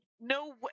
no